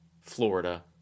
Florida